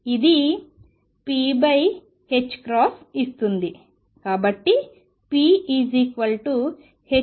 ఇది p ఇస్తుంది కాబట్టి pℏk అని సూచిస్తుంది